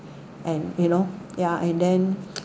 and you know yeah and then